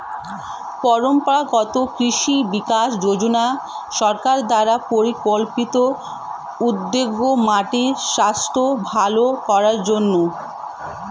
পরম্পরাগত কৃষি বিকাশ যোজনা সরকার দ্বারা পরিকল্পিত উদ্যোগ মাটির স্বাস্থ্য ভাল করার জন্যে